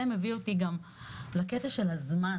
זה מביא אותי לעניין הזמן,